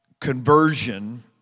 conversion